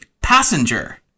Passenger